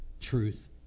truth